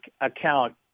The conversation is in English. account